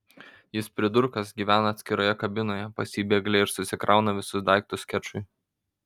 jis pridurkas gyvena atskiroje kabinoje pas jį bėgliai ir susikrauna visus daiktus skečui